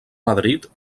madrid